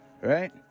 right